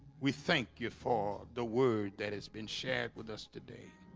we thank you for the word that has been shared with us today